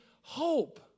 hope